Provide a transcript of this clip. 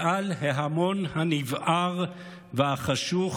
מעל ההמון הנבער והחשוך,